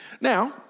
Now